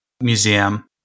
Museum